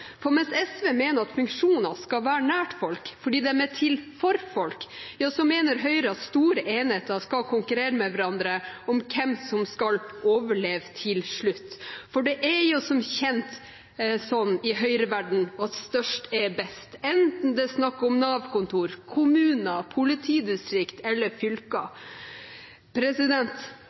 For mens SV mener at funksjoner skal være nær folk, fordi de er til for folk, mener Høyre at store enheter skal konkurrere med hverandre om hvem som skal overleve til slutt. Det er som kjent sånn i Høyre-verdenen at størst er best, enten det er snakk om Nav-kontor, kommuner, politidistrikt eller fylker.